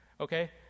okay